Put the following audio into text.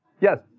Yes